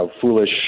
foolish